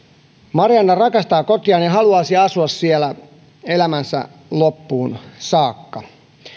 marianna rakastaa kotiaan ja haluaisi asua siellä elämänsä loppuun saakka